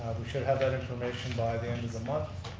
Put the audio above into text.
we should have that information by the end of the month.